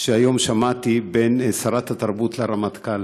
שהיום שמעתי בין שרת התרבות לרמטכ"ל